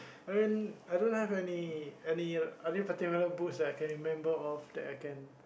I mean I don't have any any any particular books that I can remember of that I can